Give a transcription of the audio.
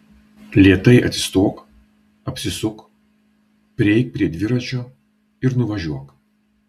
lėtai atsistok apsisuk prieik prie dviračio ir nuvažiuok